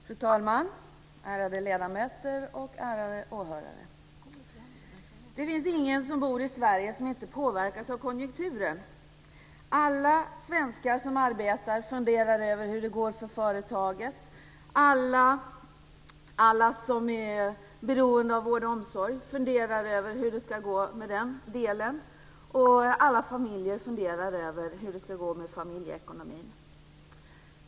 Fru talman! Ärade ledamöter och åhörare! Det finns ingen som bor i Sverige som inte påverkas av konjunkturen. Alla svenskar som arbetar funderar över hur det går för företaget. Alla som är beroende av vård och omsorg funderar över hur det ska gå med den delen. Alla familjer funderar över hur det ska gå med familjeekonomin.